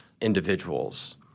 individuals